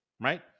Right